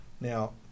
Now